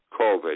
covid